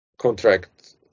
contract